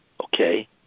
Okay